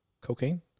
cocaine